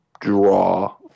draw